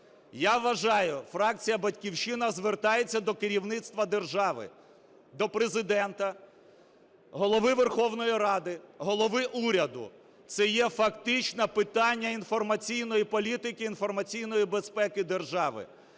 Я вважаю, фракція "Батьківщина" звертається до керівництва держави, до Президента, Голови Верховної Ради, голови уряду, це є фактично питання інформаційної політики, інформаційної безпеки держави.